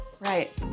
Right